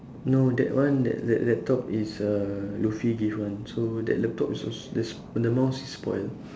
no that one that that laptop is uh lutfi give one so that laptop is als~ there's the mouse is spoil